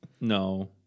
No